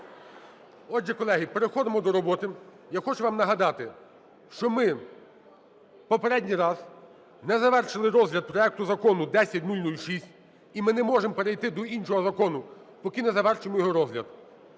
Отже, колеги, переходимо до роботи. Я хочу вам нагадати, що ми попередній раз не завершили розгляд проекту Закону 10006, і ми не можемо перейти до іншого закону, поки не завершимо його розгляд.